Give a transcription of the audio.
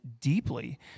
deeply